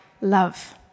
love